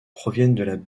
proviennent